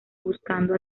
buscando